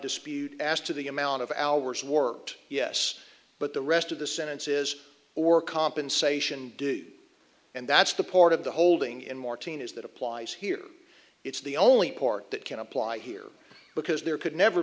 dispute as to the amount of hours worked yes but the rest of the sentence is or compensation do and that's the part of the holding in more teen is that applies here it's the only part that can apply here because there could never